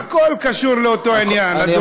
הכול קשור לאותו עניין, אדוני.